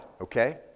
Okay